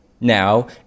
Now